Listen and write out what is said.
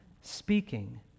Speaking